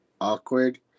awkward